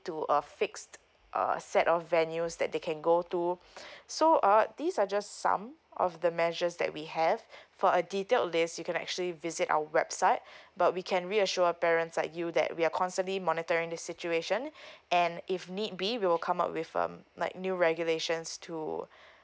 to a fixed uh set of venues that they can go to so uh these suggest some of the measures that we have for a detail list you can actually visit our website but we can reassure parents like you that we are constantly monitoring the situation and if need be will come out with um like new regulations to